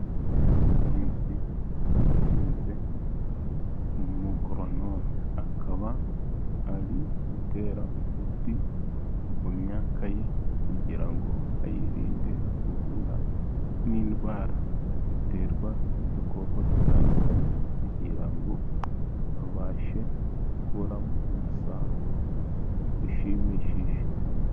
Umuhinzi wahinze. Umugoronome, akaba ari gutera umuti mu myaka ye kugira ngo ayirinde guhura n'indwara ziterwa n'udukoko dutandukanye, kugira ngo babashe gukuramo umusaruro ushimishije.